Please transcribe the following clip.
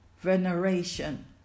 veneration